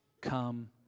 come